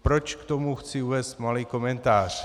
Proč k tomu chci uvést malý komentář?